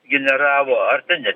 generavo ar ten ne